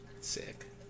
Sick